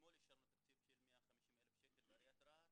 אתמול אישרנו תקציב של 150,000 שקל בעיריית רהט,